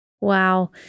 Wow